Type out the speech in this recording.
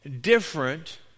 different